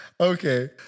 Okay